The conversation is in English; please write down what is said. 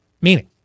Meaning